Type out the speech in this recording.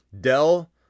Dell